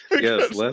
Yes